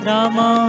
Rama